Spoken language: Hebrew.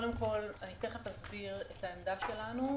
מיד אסביר את העמדה שלנו.